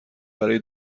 برای